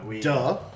duh